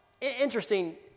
interesting